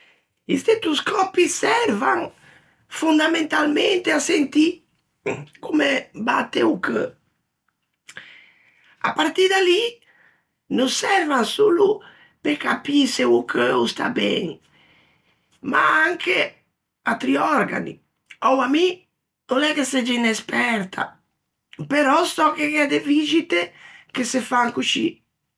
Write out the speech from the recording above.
I stetoscòppi servan fondamentalmente à sentî comme batte o cheu, à partî da lì, no servan solo pe capî se o cheu o stà ben, ma anche atri òrgani, oua mi no l'é che segge esperta, però sò che gh'é de vixite che se fan coscì.